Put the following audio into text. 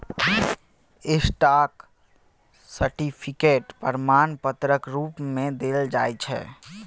stock certificate प्रमाण पत्रक रुप मे देल जाइ छै